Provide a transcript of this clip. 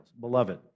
Beloved